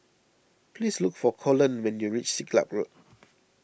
please look for Colon when you reach Siglap Road